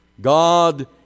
God